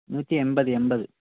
നൂറ്റി എമ്പത് എമ്പത്